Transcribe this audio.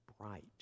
bright